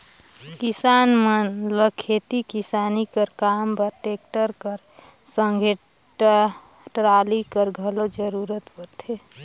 किसान मन ल खेती किसानी कर काम बर टेक्टर कर संघे टराली कर घलो जरूरत परथे